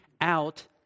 out